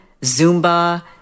Zumba